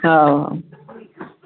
ହଁ